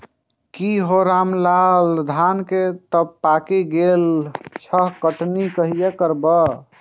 की हौ रामलाल, धान तं पाकि गेल छह, कटनी कहिया करबहक?